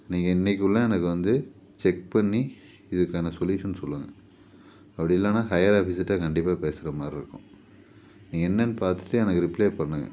நீங்கள் இன்னைக்குள்ளே எனக்கு வந்து செக் பண்ணி இதுக்கான சொல்யூஷன் சொல்லுங்கள் அப்படி இல்லைன்னா ஹையர் ஆஃபீசர்ட்டே கண்டிப்பாக பேசுகிற மாரிருக்கும் நீங்கள் என்னென்னு பார்த்துட்டு எனக்கு ரிப்ளே பண்ணுங்கள்